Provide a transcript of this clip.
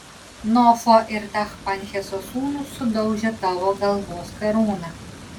nofo ir tachpanheso sūnūs sudaužė tavo galvos karūną